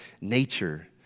nature